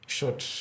Short